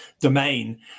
domain